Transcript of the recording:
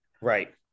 Right